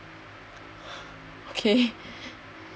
okay